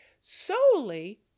solely